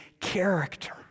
character